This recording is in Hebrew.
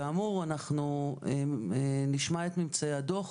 כאמור, אנחנו נשמע את ממצאי הדוח.